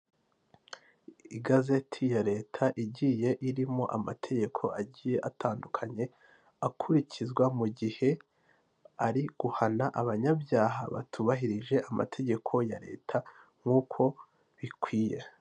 Ni akazu ka emutiyene k'umuhondo, kariho ibyapa byinshi mu bijyanye na serivisi zose za emutiyene, mo imbere harimo umukobwa, ubona ko ari kuganira n'umugabo uje kumwaka serivisi.